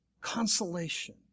consolation